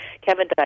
Kevin